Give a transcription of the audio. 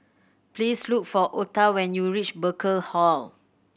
please look for Otha when you reach Burkill Hall